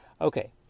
Okay